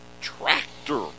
tractor